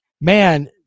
man